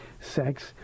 sex